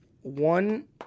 one